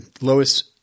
Lois